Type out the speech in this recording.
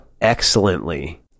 excellently